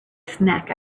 snack